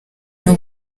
n’u